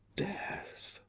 death.